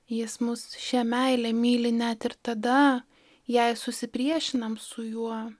jis mus šia meile myli net ir tada jei susipriešinam su juo